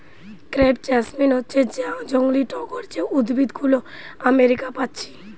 crepe jasmine হচ্ছে জংলি টগর যে উদ্ভিদ গুলো আমেরিকা পাচ্ছি